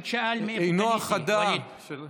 עינו החדה של,